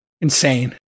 insane